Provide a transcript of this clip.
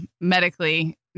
medically